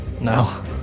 no